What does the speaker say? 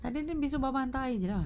tak apa esok bapa hantar I saja lah